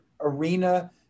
arena